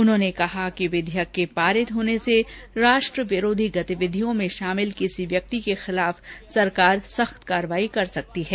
उन्होंने कहा कि विधेयक के पारित होने से राष्ट्र विरोधी गतिविधि में शामिल किसी व्यक्ति के खिलाफ सरकार सख्त कार्रवाई कर सकती है